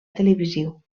televisiu